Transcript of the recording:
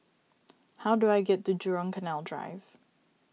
how do I get to Jurong Canal Drive